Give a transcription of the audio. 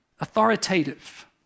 Authoritative